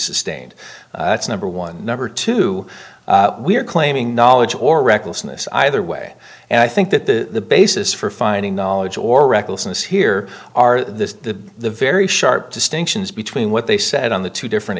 sustained it's number one number two we're claiming knowledge or recklessness either way and i think that the basis for finding knowledge or recklessness here are the the very sharp distinctions between what they said on the two different